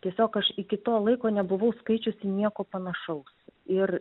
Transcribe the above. tiesiog aš iki to laiko nebuvau skaičiusi nieko panašaus ir